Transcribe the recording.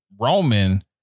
Roman